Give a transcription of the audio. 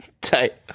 Tight